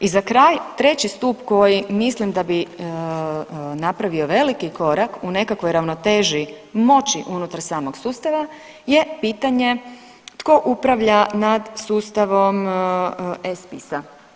I za kraj treći stup koji mislim da bi napravio veliki korak u nekakvoj ravnoteži moći unutar samog sustava je pitanje tko upravlja nad sustavom e-spisa.